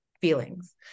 feelings